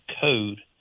code